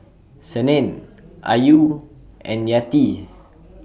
Senin Ayu and Yati